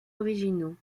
originaux